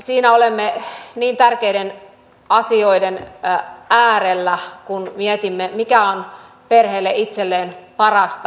siinä olemme niin tärkeiden asioiden äärellä kun mietimme mikä on perheelle itselleen parasta